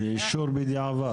לאישור בדיעבד.